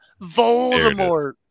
Voldemort